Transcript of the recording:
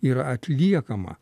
yra atliekama